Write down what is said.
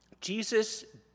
Jesus